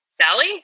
Sally